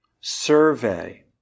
survey